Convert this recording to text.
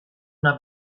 una